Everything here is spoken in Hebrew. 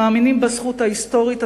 מאמינים בזכות ההיסטורית,